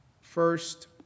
first